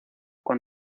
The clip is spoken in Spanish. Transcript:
con